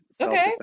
Okay